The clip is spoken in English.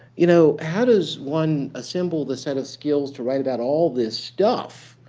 you know how does one assemble the set of skills to write about all this stuff?